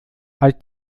als